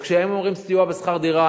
כשהם אומרים סיוע בשכר דירה,